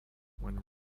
when